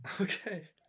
okay